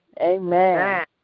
Amen